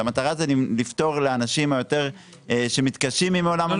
המטרה זה לפתור לאנשים שמתקשים עם עולם המסים.